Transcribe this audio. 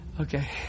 Okay